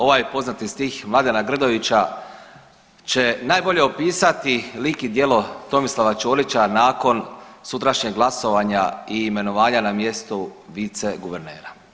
Ovaj poznati stih Mladene Grdovića će najbolje opisati lik i djelo Tomislava Čorića nakon sutrašnjeg glasovanja i imenovanja na mjesto viceguvernera.